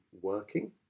working